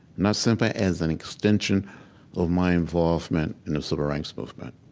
not simply as an extension of my involvement in the civil rights movement.